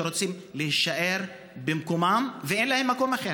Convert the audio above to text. שרוצים להישאר במקומם ואין להם מקום אחר.